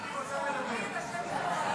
חברת הכנסת קארין